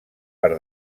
per